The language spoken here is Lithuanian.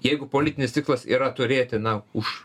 jeigu politinis ciklas yra turėti na už